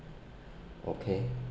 okay